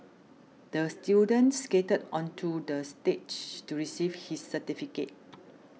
the student skated onto the stage to receive his certificate